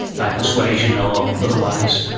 by persuasion or otherwise,